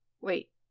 Wait